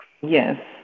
Yes